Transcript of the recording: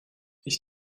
ich